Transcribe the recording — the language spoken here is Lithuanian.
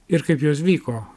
ir kaip jos vyko